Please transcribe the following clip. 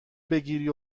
بگیری